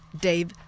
Dave